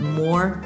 more